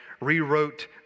rewrote